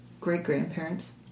great-grandparents